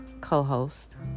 co-host